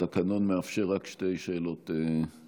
כידוע, התקנון מאפשר רק שתי שאלות נוספות,